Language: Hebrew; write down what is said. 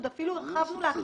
עוד אפילו הרחבנו לה.